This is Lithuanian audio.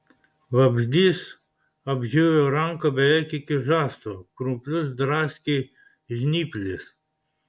vabzdys apžiojo ranką beveik iki žasto krumplius draskė žnyplės